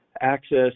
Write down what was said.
access